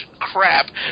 crap